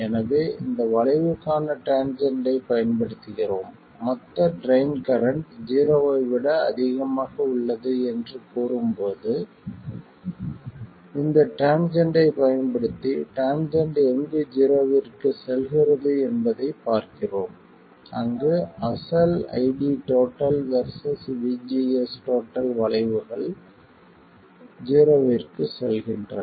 எனவே இந்த வளைவுக்கான டேன்ஜென்ட்டைப் பயன்படுத்துகிறோம் மொத்த ட்ரைன் கரண்ட் ஜீரோவை விட அதிகமாக உள்ளது என்று கூறும்போது இந்த டேன்ஜென்ட்டைப் பயன்படுத்தி டேன்ஜென்ட் எங்கு ஜீரோவிற்கு செல்கிறது என்பதைப் பார்க்கிறோம் அங்கு அசல் ID vs VGS வளைவுகள் ஜீரோவிற்கு செல்கின்றன